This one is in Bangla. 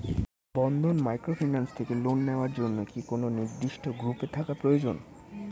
বন্ধন মাইক্রোফিন্যান্স থেকে লোন নেওয়ার জন্য কি কোন নির্দিষ্ট গ্রুপে থাকা প্রয়োজন?